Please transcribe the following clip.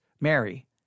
Mary